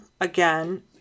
again